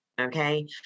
Okay